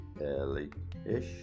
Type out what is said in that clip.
early-ish